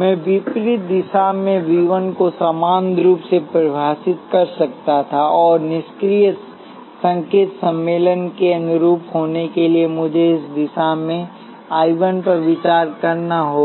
मैं विपरीत दिशा में वी 1 को समान रूप से परिभाषित कर सकता था और निष्क्रिय संकेत सम्मेलन के अनुरूप होने के लिए मुझे इस दिशा में I 1 पर विचार करना होगा